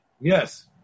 Yes